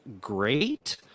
great